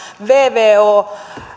vvo